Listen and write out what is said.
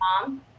mom